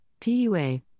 PUA